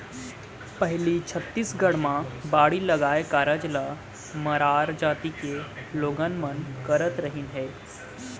पहिली छत्तीसगढ़ म बाड़ी लगाए कारज ल मरार जाति के लोगन मन करत रिहिन हे